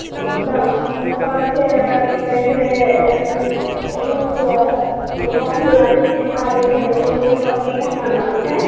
तब चप्पलके की कहै छै ओ अथी बला जुत्ती बला जे रहैत छै ओ चप्पलके केतना दाम छै